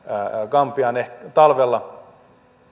gambiaan ehkä talvella